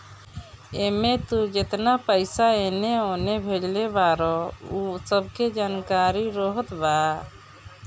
एमे तू जेतना पईसा एने ओने भेजले बारअ उ सब के जानकारी रहत बा